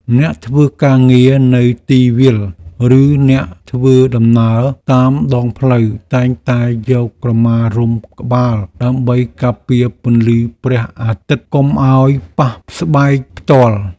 អ្នកធ្វើការងារនៅទីវាលឬអ្នកធ្វើដំណើរតាមដងផ្លូវតែងតែយកក្រមារុំក្បាលដើម្បីការពារពន្លឺព្រះអាទិត្យកុំឱ្យប៉ះស្បែកផ្ទាល់។